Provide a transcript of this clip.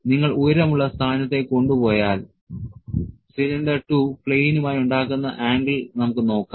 നിങ്ങൾ ഉയരമുള്ള സ്ഥാനത്തേക്ക് കൊണ്ടുപോയാൽ സിലിണ്ടർ 2 പ്ലെയിനുമായി ഉണ്ടാക്കുന്ന ആംഗിൾ നമുക്ക് നോക്കാം